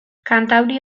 kantauri